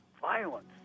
violence